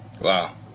Wow